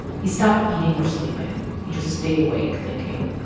he stopped eating or sleeping. he just stayed awake thinking.